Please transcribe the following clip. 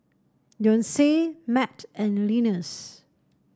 Leonce Matt and Linus